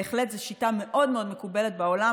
בהחלט זו שיטה מאוד מאוד מקובלת בעולם,